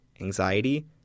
anxiety